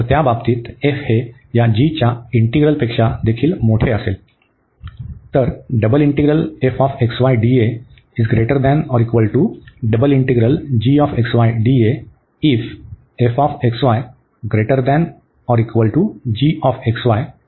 त्या बाबतीत f हे या g च्या इंटीग्रलपेक्षा देखील मोठे असेल